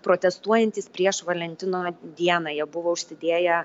protestuojantys prieš valentino dieną jie buvo užsidėję